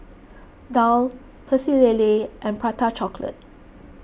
Daal Pecel Lele and Prata Chocolate